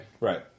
Right